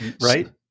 Right